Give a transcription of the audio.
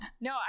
No